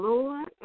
Lord